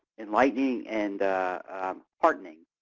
enlightening and heartening,